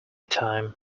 time